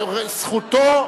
זכותו,